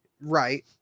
right